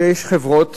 יש חברות